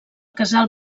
casal